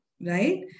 right